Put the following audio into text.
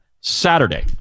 Saturday